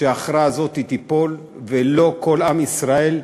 שההכרעה הזאת תיפול, ולא נהיה, כל עם ישראל,